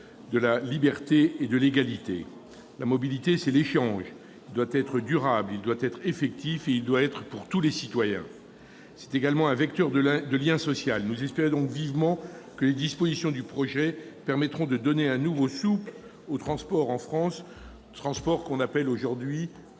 de la liberté et de l'égalité. La mobilité, c'est l'échange, qui doit être durable, effectif, et concerner tous les citoyens ; c'est également un vecteur de lien social. Nous espérons donc vivement que les dispositions de ce projet de loi permettront de donner un nouveau souffle aux transports en France, que l'on appelle aujourd'hui